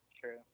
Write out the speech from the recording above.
True